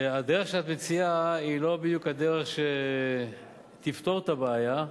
והדרך שאת מציעה היא לא בדיוק הדרך שתפתור את הבעיה,